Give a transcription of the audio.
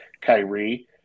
Kyrie